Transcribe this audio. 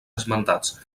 esmentats